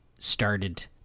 Started